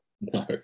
No